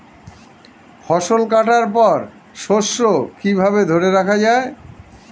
ফসল কাটার পর শস্য কিভাবে ধরে রাখা য়ায়?